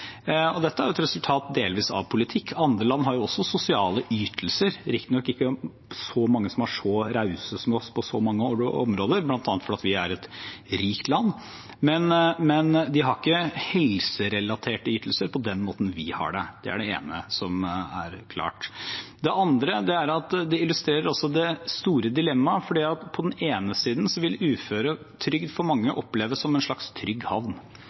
Dette er delvis et resultat av politikk. Andre land har jo også sosiale ytelser – riktignok er det ikke så mange som er så rause som oss på mange områder, bl.a. fordi vi er et rikt land – men de har ikke helserelaterte ytelser på den måten vi har det. Det er det ene som er klart. Det andre er at det også illustrerer det store dilemmaet: På den ene siden vil uføretrygd for mange oppleves som en slags trygg havn.